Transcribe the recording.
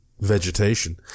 vegetation